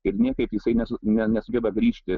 ir niekaip jisai nes nesugeba grįžti